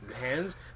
hands